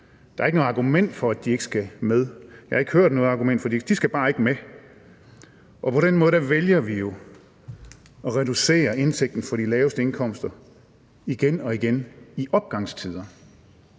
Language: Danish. Der er ikke noget argument for, at de ikke skal med. Jeg har ikke hørt noget argument for det, de skal bare ikke med. På den måde vælger vi jo at reducere indtægten for de laveste indkomster igen og igen i opgangstider,